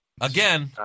Again